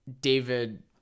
David